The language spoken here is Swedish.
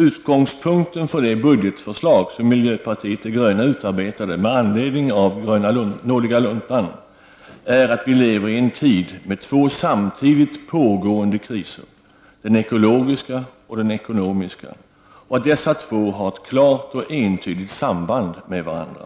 Utgångspunkten för det budgetförslag som miljöpartiet de gröna utarbetade med anledning av nådiga luntan är att vi lever i en tid med två samtidigt pågående kriser, den ekologiska och den ekonomiska, och att dessa två kriser har ett klart och entydigt samband med varandra.